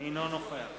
אינו נוכח